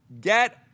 get